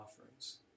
offerings